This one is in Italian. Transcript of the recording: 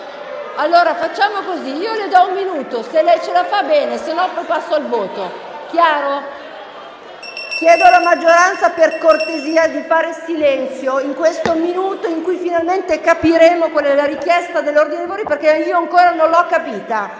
lavori. Facciamo così: io le do un minuto, se lei ce la fa va bene, altrimenti passo al voto. Chiedo alla maggioranza, per cortesia, di fare silenzio in questo minuto in cui finalmente capiremo qual è la richiesta sull'ordine fuori, perché io ancora non l'ho capita.